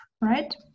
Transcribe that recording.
right